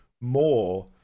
more